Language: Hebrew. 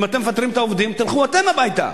אם אתם מפטרים את העובדים, תלכו אתם הביתה